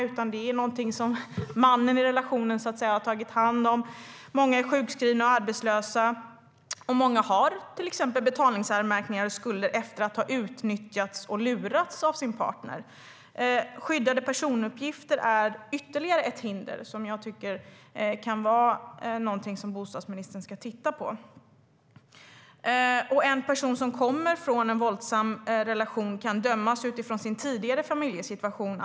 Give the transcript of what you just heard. Det är i stället någonting mannen i relationen har tagit hand om. Många är sjukskrivna och arbetslösa, och många har till exempel betalningsanmärkningar och skulder efter att ha utnyttjats och lurats av sin partner. En person som kommer från en våldsam relation kan även dömas av nya hyresvärdar utifrån sin tidigare familjesituation.